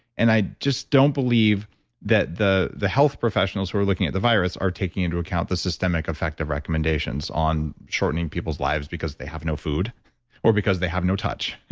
and i just don't believe that the the health professionals who are looking at the virus are taking into account the systemic effect of recommendations on shortening people's lives because they have no food or because they have no touch.